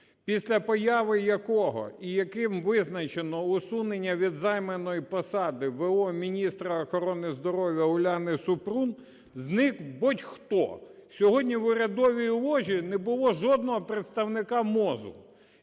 після появи якого, і яким визначено усунення від займаної посади в.о. міністра охорони здоров'я Уляни Супрун, зник будь-хто. Сьогодні в урядовій ложі не було жодного представника МОЗу.